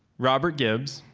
robert gibbs,